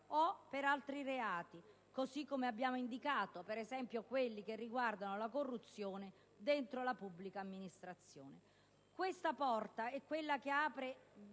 o per altri reati, così come abbiamo indicato, per esempio quelli che riguardano la corruzione dentro la pubblica amministrazione. Questa è la porta che apre